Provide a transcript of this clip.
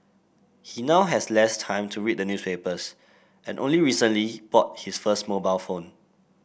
he now has less time to read the newspapers and only recently bought his first mobile phone